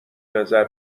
نظر